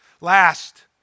Last